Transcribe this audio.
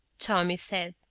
tommy said.